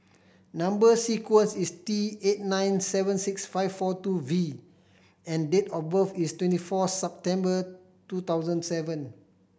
number sequence is T eight nine seven six five four two V and date of birth is twenty four September two thousand seven